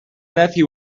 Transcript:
nephew